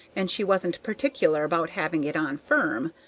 and she wasn't particular about having it on firm,